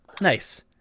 Nice